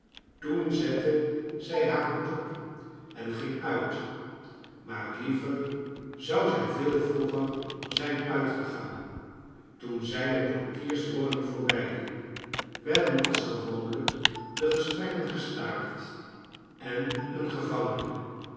toen zette zij haar hoed op en ging uit maar lie ver z ou zij veel vroeger zijn uitgegaan toen zij de portierswoning voorbijliep werden als gewoonlijk de gesprekken gestaakt en een gevangene